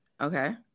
okay